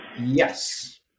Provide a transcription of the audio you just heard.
yes